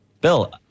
Bill